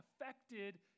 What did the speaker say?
affected